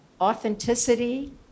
authenticity